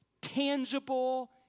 tangible